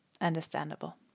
Understandable